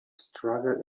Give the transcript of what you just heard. struggle